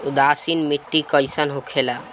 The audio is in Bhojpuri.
उदासीन मिट्टी कईसन होखेला?